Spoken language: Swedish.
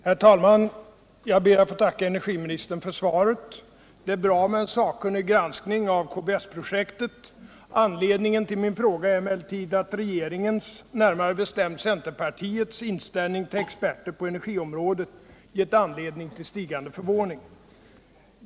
Herr talman! Jag ber att få tacka energiministern för svaret. Det är bra med en sakkunnig granskning av KBS-projektet. Anledningen till min fråga är emellertid att regeringens, närmare bestämt centerpartiets, inställning till experter på energiområdet gett anledning till stigande förvåning.